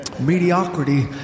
Mediocrity